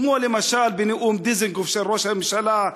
כמו למשל בנאום דיזנגוף של ראש הממשלה,